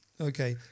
okay